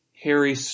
Harry